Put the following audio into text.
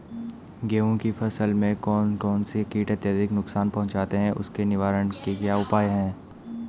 गेहूँ की फसल में कौन कौन से कीट अत्यधिक नुकसान पहुंचाते हैं उसके निवारण के क्या उपाय हैं?